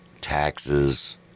taxes